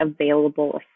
available